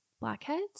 blackheads